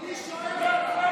מי שואל אותך?